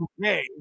okay